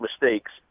mistakes